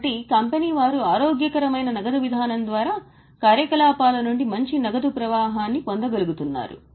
కాబట్టి కంపెనీ వారు ఆరోగ్యకరమైన నగదు విధానం ద్వారా కార్యకలాపాల నుండి మంచి నగదు ప్రవాహాన్ని పొందగలుగుతున్నారు